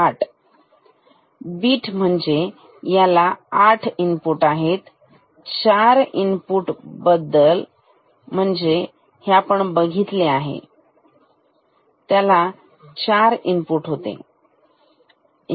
8 bit म्हणजे याला 8 input आहेत4 बिट म्हणजे जे आपण आधी बघितले आहे त्याला 4 इनपुट होते